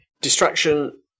Distraction